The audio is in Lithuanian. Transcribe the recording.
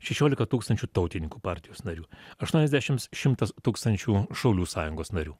šešiolika tūkstančių tautininkų partijos narių aštuoniasdešimts šimtas tūkstančių šaulių sąjungos narių